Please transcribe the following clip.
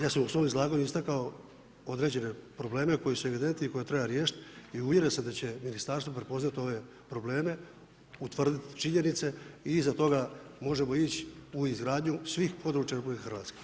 Ja sam u svome izlaganju istakao određene probleme koji su evidentni i koje treba riješiti i uvjeren sam da će ministarstvo prepoznati ove probleme, utvrditi činjenice i iza toga možemo ići u izgradnju svih područja RH.